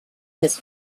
his